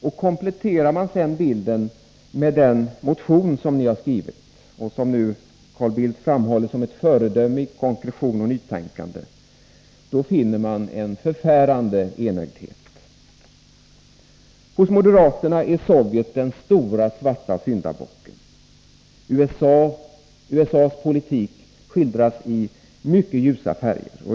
Och kompletterar man sedan bilden med den motion som ni skrivit och som Carl Bildt framhöll som ett föredöme i konkretion och nytänkande, då finner man en förfärande enögdhet. Hos moderaterna är Sovjetunionen den stora, svarta syndabocken. USA:s politik skildras i mycket ljusa färger.